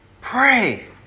pray